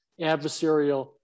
adversarial